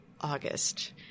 August